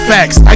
Facts